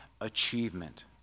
achievement